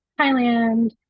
Thailand